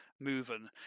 moving